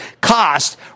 cost